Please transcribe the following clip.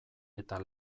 eta